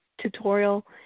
tutorial